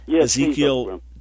Ezekiel